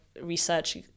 research